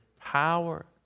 power